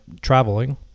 traveling